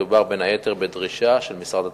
מדובר בין היתר בדרישה של משרד התחבורה.